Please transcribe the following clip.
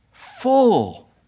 Full